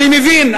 אני מבין,